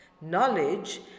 knowledge